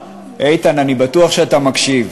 איתן, ברוך הבא לכנסת ישראל.